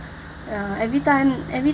ya everytime everytime